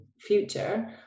future